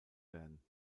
werden